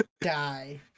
die